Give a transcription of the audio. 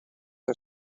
are